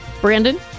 Brandon